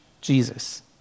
Jesus